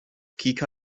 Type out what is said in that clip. kika